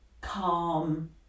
calm